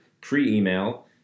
pre-email